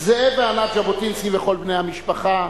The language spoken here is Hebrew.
זאב וענת ז'בוטינסקי וכל בני המשפחה,